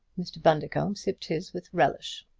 mr. bundercombe sipped his with relish.